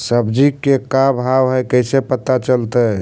सब्जी के का भाव है कैसे पता चलतै?